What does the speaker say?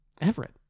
Everett